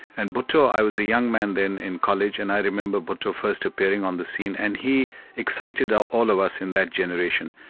and bhutto i was a young man then in college and i remember bhutto first appearing on the scene, and he excited ah all of us in that generation.